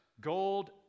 gold